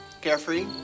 carefree